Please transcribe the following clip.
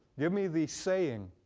give me the saying?